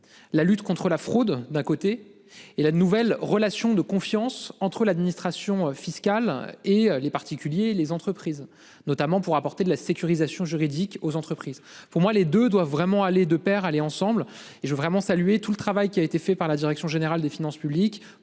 La lutte contre la fraude d'un côté et la nouvelle relation de confiance entre l'administration fiscale et les particuliers, les entreprises notamment pour apporter de la sécurisation juridique aux entreprises pour moi les 2 doivent vraiment aller de Pair aller ensemble et je veux vraiment saluer tout le travail qui a été fait par la direction générale des finances publiques